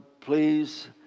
please